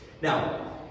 Now